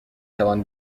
توان